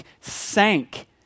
sank